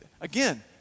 again